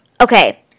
Okay